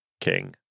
king